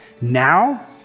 Now